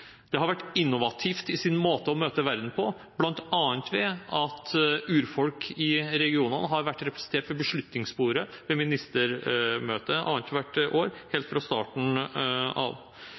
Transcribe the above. ved at urfolk i regionene har vært representert ved beslutningsbordet ved ministermøtet annethvert år, helt fra starten av.